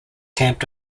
camped